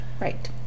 right